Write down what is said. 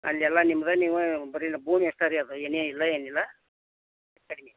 ಅಲ್ಲಿ ಎಲ್ಲ ನಿಮ್ದ ನೀವಾ ಬರಿ ಭೂಮಿ ಅಷ್ಟ ರೀ ಅದು ಏನಿ ಇಲ್ಲ ಏನಿಲ್ಲ